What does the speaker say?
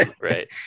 right